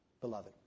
beloved